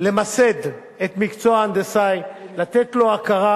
למסד את המקצוע הנדסאי, לתת לו הכרה.